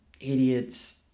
idiots